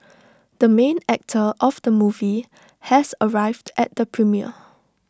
the main actor of the movie has arrived at the premiere